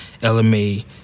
LMA